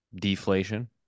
deflation